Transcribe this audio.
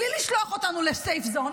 בלי לשלוח אותנו ל-safe zone,